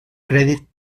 crèdit